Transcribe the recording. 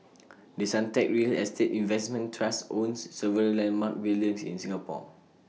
the Suntec real estate investment trust owns several landmark buildings in Singapore